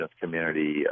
community